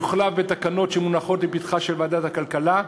יוחלף בתקנות שמונחות לפתחה של ועדת הכלכלה,